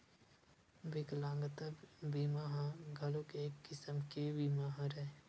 बिकलांगता बीमा ह घलोक एक किसम के बीमा हरय